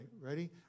Ready